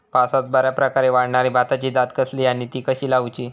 पावसात बऱ्याप्रकारे वाढणारी भाताची जात कसली आणि ती कशी लाऊची?